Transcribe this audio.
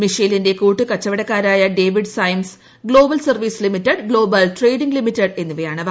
മിഷേയ്ലിന്റെ കൂട്ടുകച്ചവടക്കാരായ David Symes Global Service Limited Global Trading Limited എന്നിവയാണവ